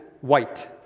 white